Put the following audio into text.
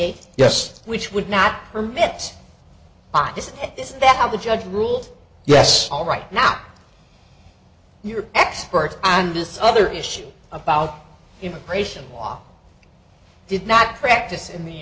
eight yes which would not permit this is that how the judge ruled yes all right now your expert on this other issue about immigration law did not practice in the